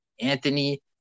Anthony